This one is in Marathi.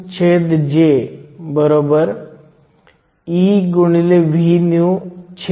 94 x 10 5 A cm 2 आहे